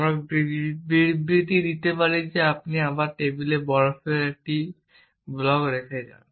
আমরা বিবৃতি দিতে পারি যদি আপনি আপনার টেবিলে বরফের একটি ব্লক রেখে যান